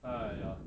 !aiya!